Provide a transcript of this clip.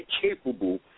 capable